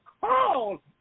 call